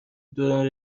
دوران